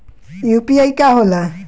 UPI का होला?